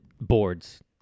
boards